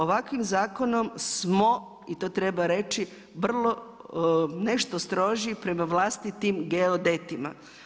Ovakvim zakonom smo, i to treba reći, vrlo nešto stroži prema vlastitim geodetima.